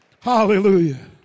Hallelujah